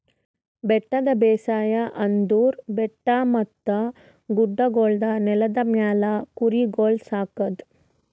ಬೆಟ್ಟದ ಬೇಸಾಯ ಅಂದುರ್ ಬೆಟ್ಟ ಮತ್ತ ಗುಡ್ಡಗೊಳ್ದ ನೆಲದ ಮ್ಯಾಲ್ ಕುರಿಗೊಳ್ ಸಾಕದ್